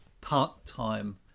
part-time